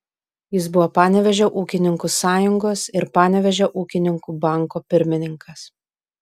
jis buvo panevėžio ūkininkų sąjungos ir panevėžio ūkininkų banko pirmininkas